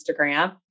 Instagram